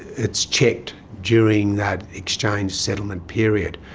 it's checked during that exchange settlement period.